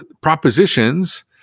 propositions